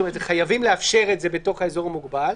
חייבים לאפשר את זה בתוך האזור המוגבל.